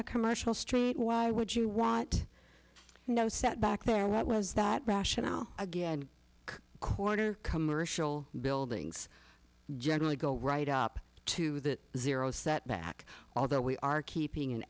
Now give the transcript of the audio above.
a commercial street why would you want no set back there what was that rationale again quarter commercial buildings generally go right up to that zero setback although we are keeping an